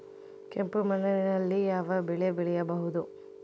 ಕೆಂಪು ಮಣ್ಣಿನಲ್ಲಿ ಯಾವ ಬೆಳೆ ಬೆಳೆಯಬಹುದು?